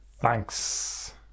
Thanks